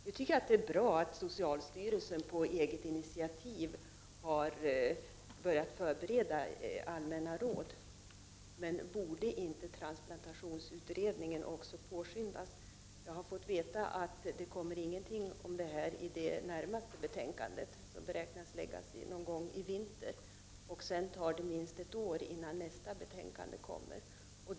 Nu tycker jag att det är bra att socialstyrelsen på eget initiativ har börjat förbereda Allmänna råd, men borde inte transplantationsutredningen påskyndas? Jag har fått veta att det inte kommer någonting i nästa betänkande, som beräknas bli framlagt någon gång i vinter. Innan nästa betänkande kommer dröjer det minst ett år.